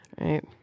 Right